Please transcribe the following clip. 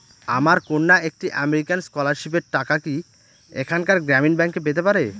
আমার কন্যা একটি আমেরিকান স্কলারশিপের টাকা কি এখানকার গ্রামীণ ব্যাংকে পেতে পারে?